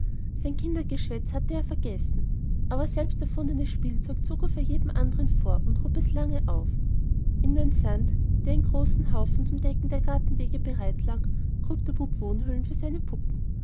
sein kindergeschwätz hatte er vergessen aber selbsterfundenes spielzeug zog er jedem anderen vor und hob es lange auf in den sand der in großen haufen zum decken der gartenwege bereitlag grub der bub wohnhöhlen für seine puppen